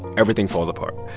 everything falls apart.